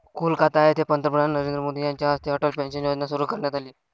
कोलकाता येथे पंतप्रधान नरेंद्र मोदी यांच्या हस्ते अटल पेन्शन योजना सुरू करण्यात आली